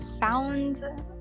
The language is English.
found